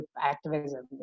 activism